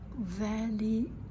valley